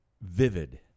vivid